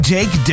Jake